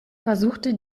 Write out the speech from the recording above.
versuchte